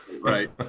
right